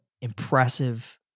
impressive